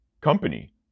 company